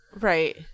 Right